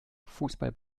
fußball